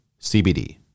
CBD